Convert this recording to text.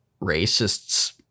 racists